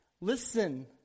listen